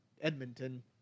Edmonton